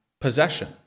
possession